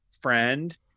friend